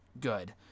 good